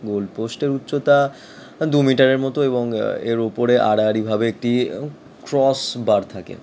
গোলপোস্টের উচ্চতা দু মিটারের মতো এবং এর ওপরে আড়াআড়িভাবে একটি ক্রসবার থাকে